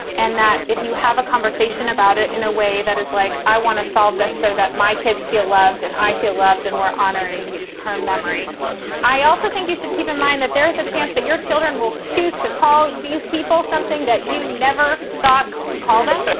and that if you have a conversation about it in a way that is like i want to solve this so that my kids feel loved and i feel loved and we're honoring her memory i also think you should keep in mind that there is a chance that your children will choose to call these people something that you never thought to call them.